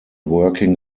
working